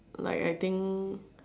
like I think